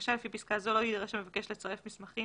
לבקשה לפי פסקה זו לא יידרש המבקש לצרף מסמכים